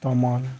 তমন